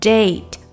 Date